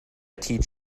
teach